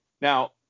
now